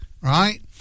right